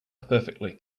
perfectly